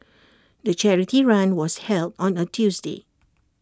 the charity run was held on A Tuesday